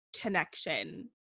connection